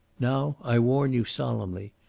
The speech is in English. now, i warn you solemnly.